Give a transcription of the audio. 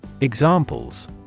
Examples